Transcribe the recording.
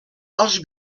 als